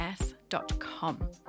S.com